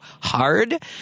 hard